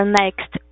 next